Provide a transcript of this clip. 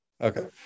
Okay